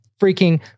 freaking